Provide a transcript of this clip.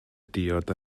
diod